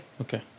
Okay